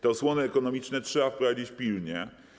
Te osłony ekonomiczne trzeba wprowadzić pilnie.